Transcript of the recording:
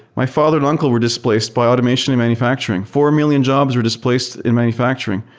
my father and uncle were displaced by automation in manufacturing. four million jobs were displaced in manufacturing.